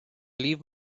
leave